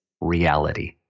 reality